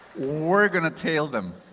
we're going to tail them.